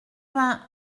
vingt